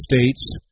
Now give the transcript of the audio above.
states